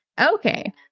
okay